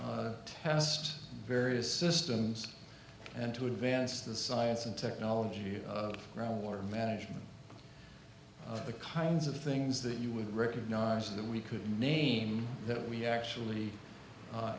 to test various systems and to advance the science and technology of ground water management the kinds of things that you would recognise that we could name that we actually